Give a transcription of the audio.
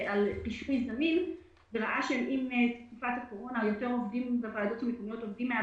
שחשבו על ציוד זמין וראו שבתקופת הקורונה עובדים יותר מן הבית.